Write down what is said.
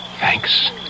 Thanks